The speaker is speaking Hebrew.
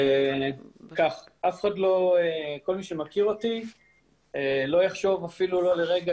כל מי שמכיר אותי לא יחשוב אפילו לא לרגע